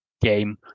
game